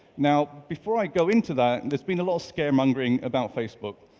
now, before i go into that and there's been a lot of scaremongering about facebook.